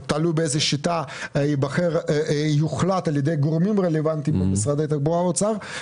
תלוי איזו שיטה תוחלט על ידי הגורמים הרלוונטיים במשרדי התחבורה והאוצר.